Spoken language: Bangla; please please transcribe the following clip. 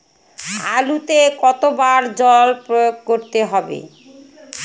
আলুতে কতো বার জল প্রয়োগ করতে হবে?